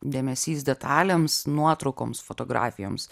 dėmesys detalėms nuotraukoms fotografijoms